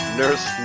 nurse